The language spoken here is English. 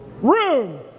Room